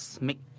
make